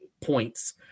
points